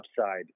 upside